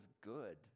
good